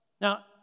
Now